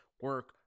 Work